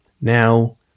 Now